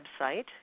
website